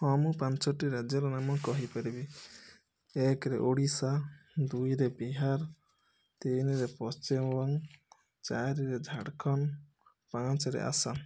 ହଁ ମୁଁ ପାଞ୍ଚଟି ରାଜ୍ୟର ନାମ କହିପାରିବି ଏକରେ ଓଡ଼ିଶା ଦୁଇରେ ବିହାର ତିନିରେ ପଶ୍ଚିମବଙ୍ଗ ଚାରିରେ ଝାଡ଼ଖଣ୍ଡ ପାଞ୍ଚରେ ଆସାମ